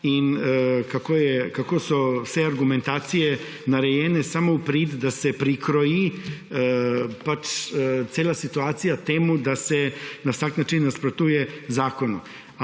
in kako so vse argumentacije narejene v prid temu, da se prikroji cela situacija temu, da se na vsak način nasprotuje zakonu.